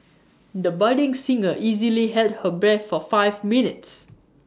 the budding singer easily held her breath for five minutes